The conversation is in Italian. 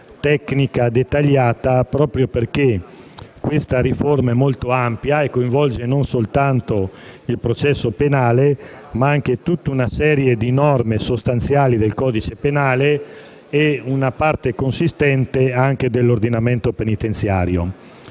e dettagliata proprio perché la riforma è molto ampia e coinvolge non solo il processo penale, ma anche tutta una serie di norme sostanziali del codice penale, oltre che una parte consistente dell'ordinamento penitenziario.